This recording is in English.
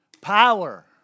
Power